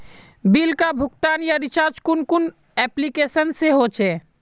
Bill का भुगतान या रिचार्ज कुन कुन एप्लिकेशन से होचे?